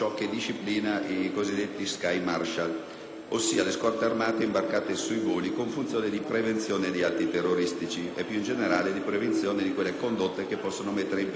ossia le scorte armate imbarcate sui voli con funzione di prevenzione degli atti terroristici e, più in generale, di prevenzione di quelle condotte che possono mettere in pericolo la sicurezza del volo.